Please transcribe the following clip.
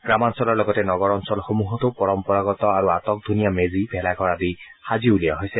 গ্ৰামাঞ্চলৰ লগতে নগৰ অঞ্চলসমূহতো পৰম্পৰাগত আৰু আটকধুনীয়া মেজি ভেলাঘৰ আদি সাজি উলিওৱা হৈছে